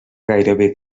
gairebé